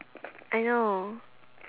I know